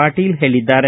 ಪಾಟೀಲ ಹೇಳಿದ್ದಾರೆ